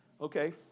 okay